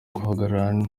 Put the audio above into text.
guhagarara